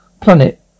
planet